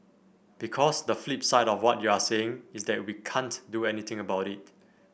because the flip side of what you're saying is that we can't do anything about it